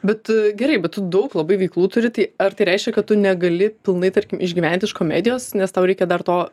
bet gerai bet daug labai veiklų turi tai ar tai reiškia kad tu negali pilnai tarkim išgyventi iš komedijos nes tau reikia dar to